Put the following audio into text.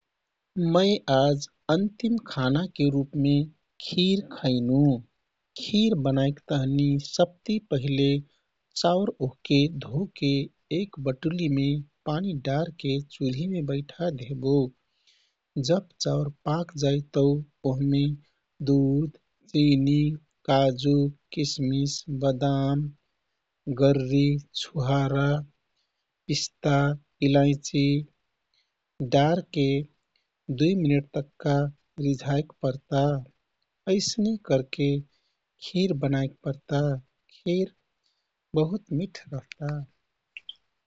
मै आज अन्तिम खानाके रूपमे खीर खैनु। खीर बनाइक तहिन पहिले चाउर ओहके एक घण्टा बटुलिमे पानी डारके चुल्हिमे बैठा देहबो। जब चाउर पाक जाइ तौ ओहके दुध, चिनी, काजु, किसमिस, बदाम, गररी, छुहारा, पिस्ता, इलाइचि डारके दुइ मिनेट तक्का रिझाइक परता। यैसने करके खीर बनाइक परता। खीर बहुत मिठ रहता।